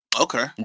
okay